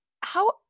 how-